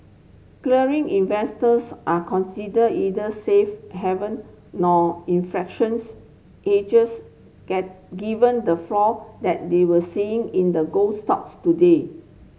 clearly investors are consider either safe haven nor infractions hedges given the flow that they were seeing in the gold stocks today